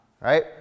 Right